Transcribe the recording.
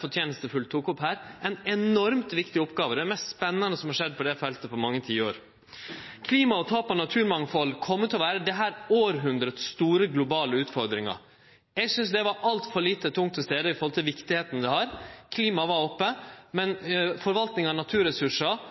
rosverdig tok opp her, er ei enormt viktig oppgåve. Det er det mest spennande som har skjedd på det feltet på mange tiår. Klima og tap av naturmangfald kjem til å vere dei store globale utfordringane i dette hundreåret. Eg synest det var altfor lite tungt til stades i forhold til kor viktig det er. Klima var oppe,